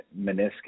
meniscus